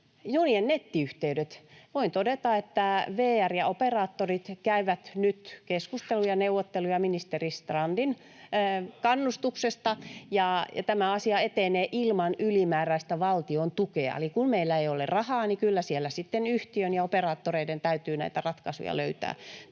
Junien nettiyhteydet: Voin todeta, että VR ja operaattorit käyvät nyt keskusteluja ja neuvotteluja ministeri Strandin kannustuksesta, [Sinuhe Wallinheimo: Hyvä!] ja tämä asia etenee ilman ylimääräistä valtion tukea. Eli kun meillä ei ole rahaa, niin kyllä siellä sitten yhtiön ja operaattoreiden täytyy näitä ratkaisuja löytää.